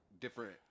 different